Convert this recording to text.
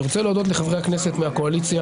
אני רוצה להודות לחברי הכנסת מהקואליציה